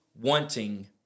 wanting